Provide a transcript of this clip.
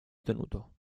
ottenuto